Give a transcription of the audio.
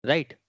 Right